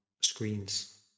screens